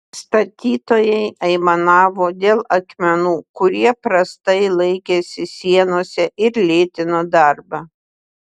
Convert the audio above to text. statytojai aimanavo dėl akmenų kurie prastai laikėsi sienose ir lėtino darbą